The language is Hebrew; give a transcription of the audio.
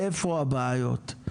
איפה הבעיות?